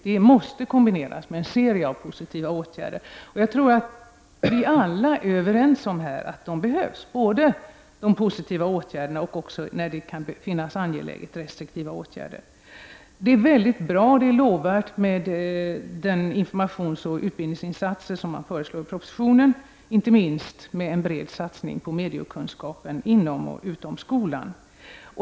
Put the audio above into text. Det måste bli en kombination av en serie olika positiva åtgärder. Vi alla är nog överens om att de behövs, både positiva åtgärder och vid behov restriktiva åtgärder. Det är mycket lovvärt med de informationsoch utbildningsinsatser som föreslås i propositionen. Inte minst gäller detta en bred satsning på mediekunskap inom och utom skolan.